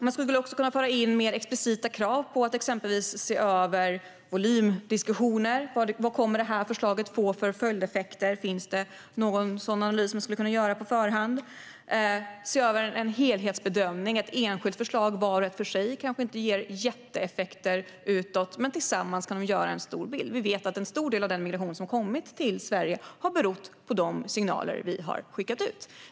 Man skulle kunna föra in mer explicita krav på att exempelvis se över volymdiskussioner. Vad kommer det här förslaget att få för följdeffekter? Finns det någon sådan analys man skulle kunna göra på förhand? Man skulle kunna se över möjligheten att göra en helhetsbedömning. Varje enskilt förslag kanske inte ger jätteeffekter utåt, men tillsammans kan de få stor effekt. Vi vet att en stor del av den migration som har kommit till Sverige har berott på de signaler vi har skickat ut.